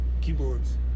keyboards